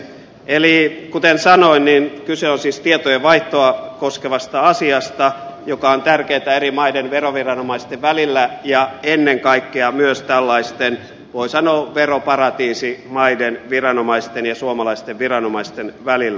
eli kuten sanoin kyse on siis tietojenvaihtoa koskevasta asiasta joka on tärkeätä eri maiden veroviranomaisten välillä ja ennen kaikkea myös tällaisten voi sanoa veroparatiisimaiden viranomaisten ja suomalaisten viranomaisten välillä